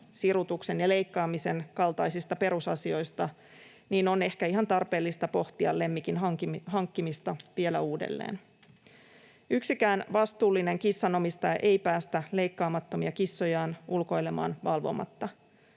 sirutuksen ja leikkaamisen kaltaisista perusasioista, on ehkä ihan tarpeellista pohtia lemmikin hankkimista vielä uudelleen. Yksikään vastuullinen kissanomistaja ei päästä leikkaamattomia kissojaan ulkoilemaan valvomatta.